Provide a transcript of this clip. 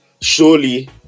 surely